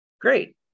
Great